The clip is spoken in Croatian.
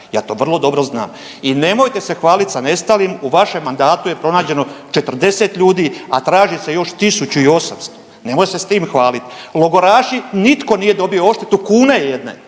ja to vrlo dobro znam. I nemojte se hvaliti sa nestalim, u vašem mandatu je pronađeno 40 ljudi, a traži se još 1800, nemoj se s tim hvalit. Logoraši, nitko nije dobio odštetu kune jedne,